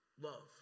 love